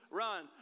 run